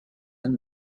and